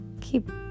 keep